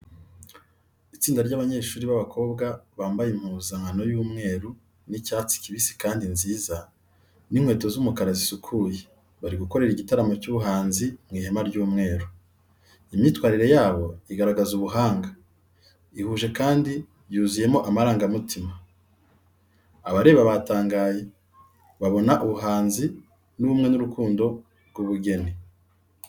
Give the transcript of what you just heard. Itsinda ry’abanyeshuri b’abakobwa bambaye impuzankano y’umweru n’icyatsi kibisi kandi myiza n’inkweto z’umukara zisukuye, bari gukorera igitaramo cy’ubuhanzi mu ihema ry’umweru. Imyitwarire yabo iragaragaza ubuhanga, ihuje kandi yuzuyemo amarangamutima. Abareba batangaye, babona ubuhanzi, ubumwe n’urukundo rw’ubugeni.